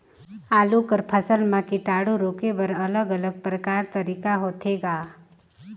आलू कर फसल म कीटाणु रोके बर अलग अलग प्रकार तरीका होथे ग?